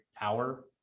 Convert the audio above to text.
hour